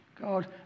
God